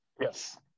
yes